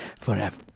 forever